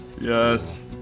Yes